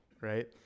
right